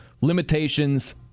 limitations